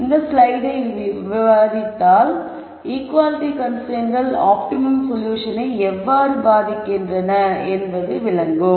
இந்த ஸ்லைடை விவாதித்தால் ஈக்குவாலிட்டி கன்ஸ்ரைன்ட்கள் ஆப்டிமம் சொல்யூஷனை எவ்வாறு பாதிக்கின்றன என்பது விளங்கும்